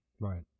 Right